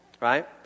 Right